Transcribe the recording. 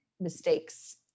mistakes